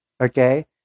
okay